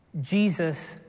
Jesus